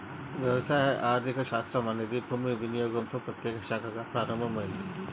వ్యవసాయ ఆర్థిక శాస్త్రం అనేది భూమి వినియోగంతో ప్రత్యేకంగా శాఖగా ప్రారంభమైనాది